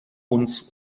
uns